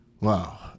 Wow